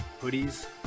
hoodies